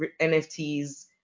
NFTs